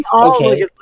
Okay